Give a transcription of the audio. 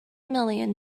million